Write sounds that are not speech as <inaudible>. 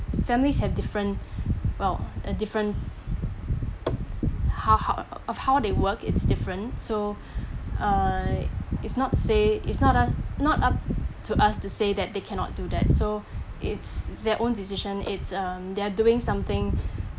families have different <breath> well uh different ha~ ho~ how they would work it's different so <breath> uh it's not to say it's not uh not us not up to us to say that they cannot do that so it's their own decision it's um they're doing something <breath>